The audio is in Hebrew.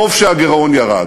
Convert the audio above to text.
טוב שהגירעון ירד.